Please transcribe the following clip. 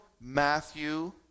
Matthew